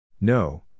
No